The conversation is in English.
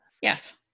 Yes